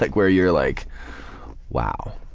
like where you're like wow.